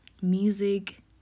music